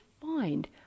find